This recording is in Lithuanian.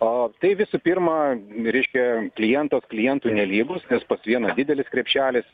o tai visų pirma reiškia klientas klientui nelygus nes pas vieną didelis krepšelis